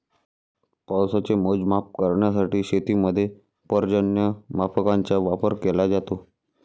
पावसाचे मोजमाप करण्यासाठी शेतीमध्ये पर्जन्यमापकांचा वापर केला जातो